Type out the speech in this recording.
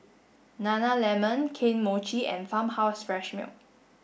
Nana Lemon Kane Mochi and Farmhouse Fresh Milk